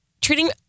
treating